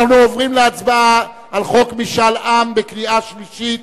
אנחנו עוברים להצבעה על חוק משאל בקריאה שלישית.